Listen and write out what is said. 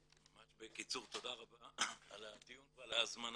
ממש בקיצור, תודה רבה על הדיון ועל ההזמנה.